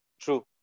True